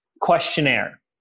questionnaire